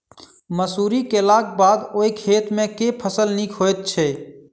मसूरी केलाक बाद ओई खेत मे केँ फसल नीक होइत छै?